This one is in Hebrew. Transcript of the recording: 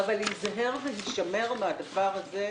היזהר והישמר מהדבר הזה.